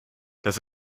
dass